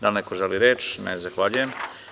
Da li neko želi reč? (Ne) Zahvaljujem.